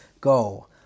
Go